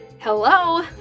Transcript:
Hello